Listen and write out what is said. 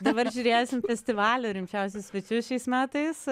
dabar žiūrėsim festivalio rimčiausius svečius šiais metais